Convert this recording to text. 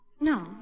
No